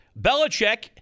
Belichick